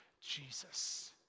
Jesus